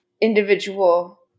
individual